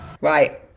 Right